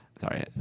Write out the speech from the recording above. Sorry